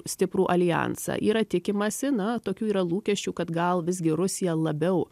stiprų aljansą yra tikimasi na tokių yra lūkesčių kad gal visgi rusija labiau